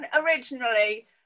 originally